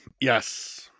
Yes